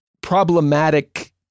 problematic